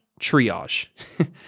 triage